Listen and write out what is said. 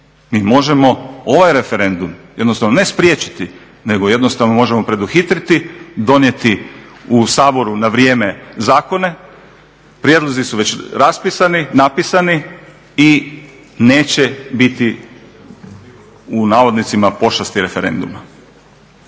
Mi možemo ovaj referendum, jednostavno ne spriječiti, nego jednostavno možemo preduhitriti, donijeti u Saboru na vrijeme zakone, prijedlozi su već raspisani, napisani i neće biti u navodnicima, pošasti referenduma.